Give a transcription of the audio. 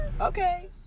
Okay